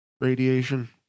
radiation